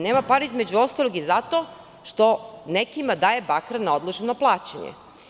Nema para između ostalog i zato što nekima daje bakar na odloženo plaćanje.